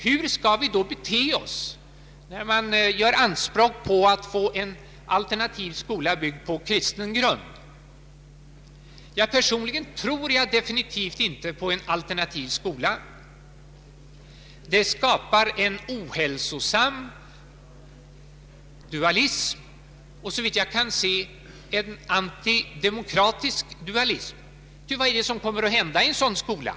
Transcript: Hur skall vi då bete oss när man gör anspråk på att få en alternativ skola, byggd på kristen grund, Personligen tror jag definitivt inte på en alternativ skola. Det skapar en ohälsosam dualism och — såvitt jag kan se — en antidemokratisk dualism. Ty vad kommer att hända i en sådan skola?